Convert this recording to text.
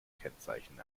kennzeichen